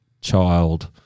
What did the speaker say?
child